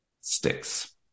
Sticks